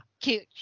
Cute